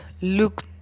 look